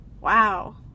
Wow